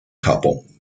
japón